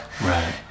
Right